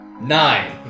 Nine